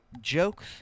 Jokes